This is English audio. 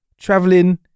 traveling